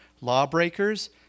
lawbreakers